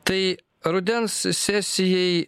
tai rudens sesijai